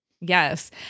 Yes